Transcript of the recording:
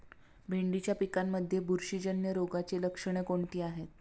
भेंडीच्या पिकांमध्ये बुरशीजन्य रोगाची लक्षणे कोणती आहेत?